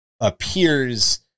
appears